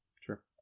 Sure